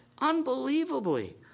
unbelievably